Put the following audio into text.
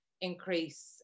increase